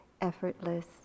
effortless